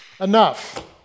Enough